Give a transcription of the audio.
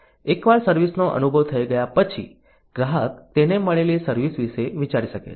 એકવાર સર્વિસ નો અનુભવ થઈ ગયા પછી ગ્રાહક તેને મળેલી સર્વિસ વિશે વિચારી શકે છે